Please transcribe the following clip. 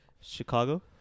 Chicago